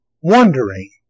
wondering